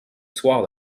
soir